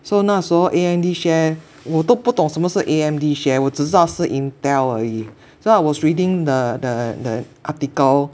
so 那时候 A_M_D share 我都不懂什么是 A_M_D share 我只知道是 Intel 而已 so I was reading the the the article